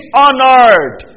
honored